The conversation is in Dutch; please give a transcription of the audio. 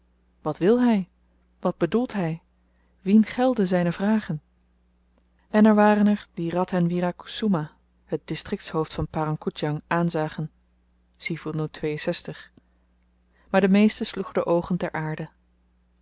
wat wil hy wat bedoelt hy wien gelden zyne vragen en er waren er die radhen wiera koesoema het distriktshoofd van parang koedjang aanzagen maar de meesten sloegen de oogen ter aarde